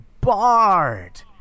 bard